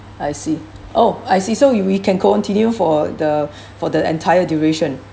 I see oh I see so we can continue for the for the entire duration